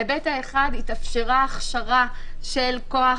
ההיבט האחד הוא שהתאפשרה הכשרה של כוח